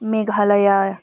Meghalaya